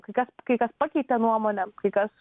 kai kas kai kas pakeitė nuomonę kai kas